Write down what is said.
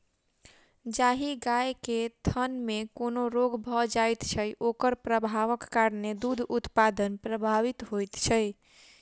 जाहि गाय के थनमे कोनो रोग भ जाइत छै, ओकर प्रभावक कारणेँ दूध उत्पादन प्रभावित होइत छै